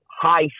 high